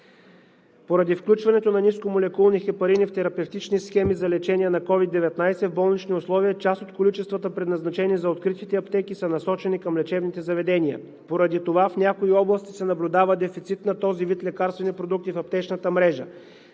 Поради включването на нискомолекулни хепарини в терапевтични схеми за лечение на COVID-19 в болнични условия, част от количествата, предназначени за откритите аптеки, са насочени към лечебните заведения. Поради това в някои области се наблюдава дефицит на този вид лекарствени продукти в аптечната мрежа.